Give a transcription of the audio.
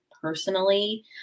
personally